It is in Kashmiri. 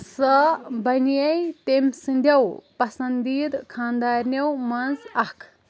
سۄ بنیٚیہِ تٔمۍ سٕنٛدیو پسنٛدیٖد خانٛدارِنیو منٛزٕ اکھ